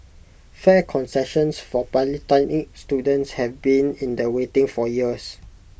fare concessions for polytechnic students have been in the waiting for years